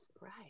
right